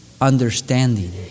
understanding